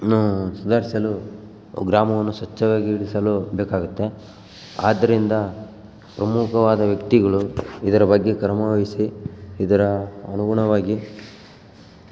ನ್ನು ಸುಧಾರ್ಸಲು ಗ್ರಾಮವನ್ನು ಸ್ವಚ್ಛವಾಗಿ ಇರಿಸಲು ಬೇಕಾಗುತ್ತೆ ಆದ್ದರಿಂದ ಪ್ರಮುಖವಾದ ವ್ಯಕ್ತಿಗಳು ಇದರ ಬಗ್ಗೆ ಕ್ರಮವಹಿಸಿ ಇದರ ಅನುಗುಣವಾಗಿ